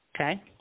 okay